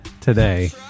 today